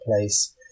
place